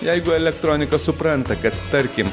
jeigu elektronika supranta kad tarkim